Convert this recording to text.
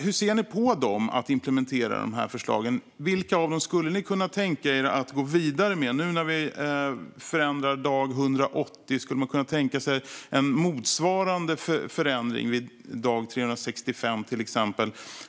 Hur ser ni på att implementera de här förslagen? Vilka av dem skulle ni kunna tänka er att gå vidare med? Nu när vi förändrar vid dag 180, skulle man kunna tänka sig en motsvarande förändring vid dag 365 till exempel?